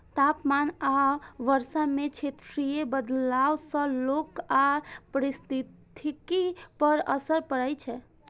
तापमान आ वर्षा मे क्षेत्रीय बदलाव सं लोक आ पारिस्थितिकी पर असर पड़ै छै